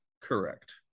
Correct